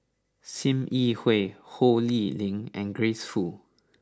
Sim Yi Hui Ho Lee Ling and Grace Fu